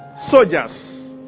soldiers